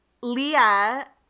Leah